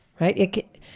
right